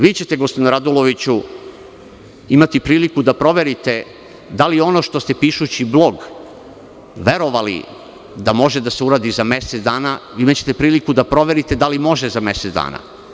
Vi ćete gospodine Raduloviću imati priliku da proverite, da li je ono što ste pišući blog verovali da može da se uradi za mesec dana, imaćete priliku da proverite da li može za mesec dana.